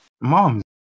Mom